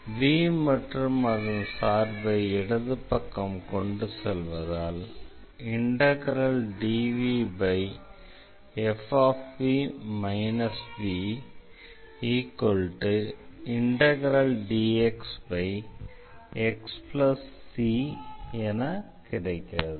v மற்றும் அதன் சார்பை வலது பக்கம் கொண்டு செல்வதால் dvfv vdxxc என கிடைக்கிறது